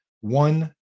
One